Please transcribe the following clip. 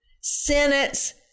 sentence